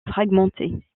fragmentée